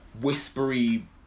whispery